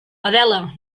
adela